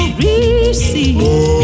receive